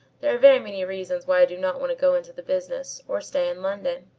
there are very many reasons why i do not want to go into the business, or stay in london.